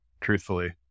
truthfully